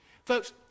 Folks